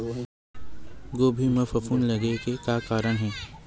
गोभी म फफूंद लगे के का कारण हे?